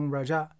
Raja